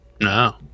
No